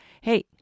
Hey